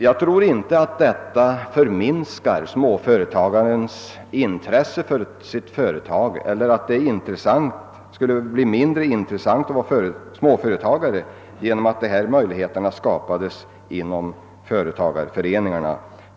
Jag tror inte att en småföretagares intresse för sitt företag minskar eller att det skulle bli mindre lockande ait vara småföretagare, om dessa möjlighe ter skapades inom företagareföreningarna.